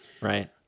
Right